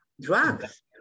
Drugs